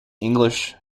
english